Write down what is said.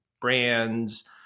brands